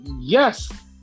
yes